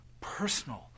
personal